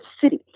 city